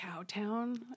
Cowtown